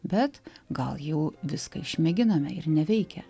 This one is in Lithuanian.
bet gal jau viską išmėginome ir neveikia